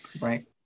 Right